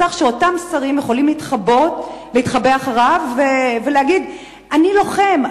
מסך שאותם שרים יכולים להתחבא מאחוריו ולהגיד: אני לוחם.